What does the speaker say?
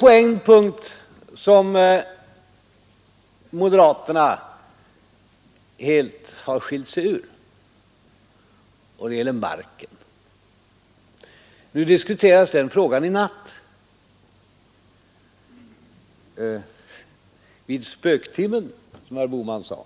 På en punkt har moderaterna helt skilt sig från oss andra. Det är när det gäller marken. Den frågan diskuterades i natt — vid spöktimmen, som herr Bohman sade,